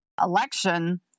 election